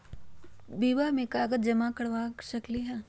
बीमा में कागज जमाकर करवा सकलीहल?